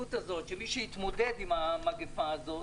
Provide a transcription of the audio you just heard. המציאות הזאת שמי שהתמודד עם המגפה הזאת